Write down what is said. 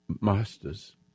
masters